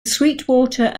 sweetwater